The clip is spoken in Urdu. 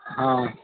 ہاں